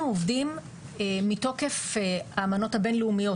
אנחנו עובדים בתוקף האמנות הבינלאומיות,